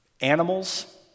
animals